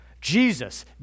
Jesus